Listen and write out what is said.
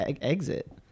exit